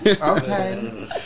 Okay